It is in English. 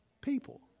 people